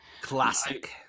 Classic